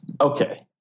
Okay